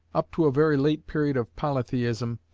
up to a very late period of polytheism,